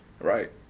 Right